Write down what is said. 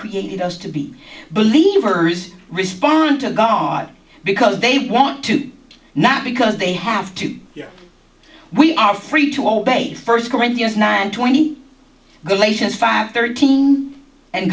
created us to be believers respond to god because they want to not because they have to we are free to obey first corinthians nine twenty galatians five thirteen and